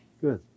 good